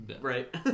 right